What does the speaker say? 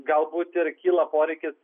galbūt ir kyla poreikis